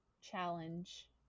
challenge